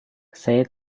saya